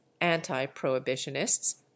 anti-prohibitionists